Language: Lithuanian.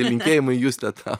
linkėjimai juste ta